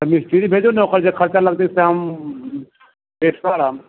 तऽ मिस्त्री भेजू ने ओकर जे खर्चा लगतै से हम पे करब